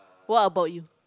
what about you